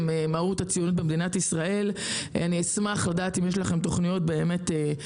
אני אשמח לדעת אם יש ברשותכם תוכניות לטיפול.